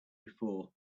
before